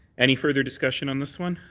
any further discussion on this one?